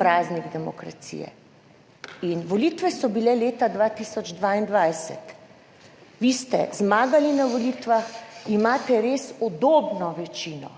praznik demokracije in volitve so bile leta 2022. Vi ste zmagali na volitvah, imate res udobno večino